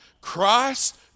Christ